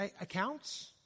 accounts